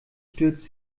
stürzt